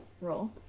Roll